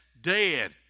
dead